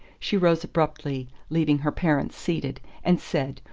she rose abruptly, leaving her parents seated, and said,